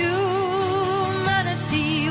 Humanity